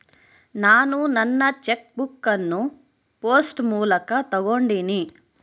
ನಾನು ನನ್ನ cheque book ಅನ್ನು ಪೋಸ್ಟ್ ಮೂಲಕ ತೊಗೊಂಡಿನಿ